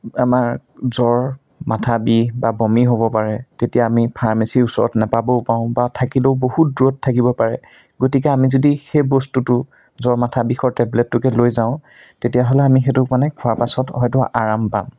আমাৰ জ্বৰ মাথা বিষ বা বমি হ'ব পাৰে তেতিয়া আমি ফাৰ্মেচি ওচৰত নাপাবও পাৰোঁ বা থাকিলেও বহুত দূৰত থাকিব পাৰে গতিকে আমি যদি সেই বস্তুটো জ্বৰ মাথা বিষৰ টেবলেটটোকে লৈ যাওঁ তেতিয়াহ'লে আমি সেইটো মানে খোৱাৰ পাছত হয়তো আৰাম পাম